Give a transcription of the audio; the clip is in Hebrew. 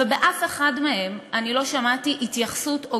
ובאף אחד מהם אני לא שמעתי התייחסות או